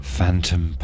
Phantom